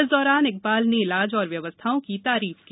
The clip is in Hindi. इस दौरान इकबाल ने इलाज तथा व्यवस्थाओ की तारीफ की